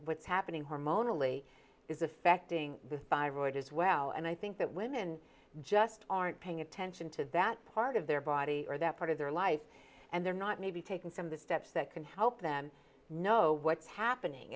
what's happening hormonally is affecting the thyroid as well and i think that women and just aren't paying attention to that part of their body or that part of their life and they're not maybe taking some of the steps that can help them know what's happening